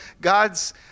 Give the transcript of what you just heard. God's